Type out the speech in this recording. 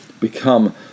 become